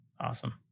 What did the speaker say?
Awesome